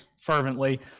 fervently